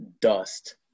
dust